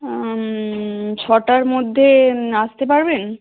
উম ছটার মধ্যে আসতে পারবেন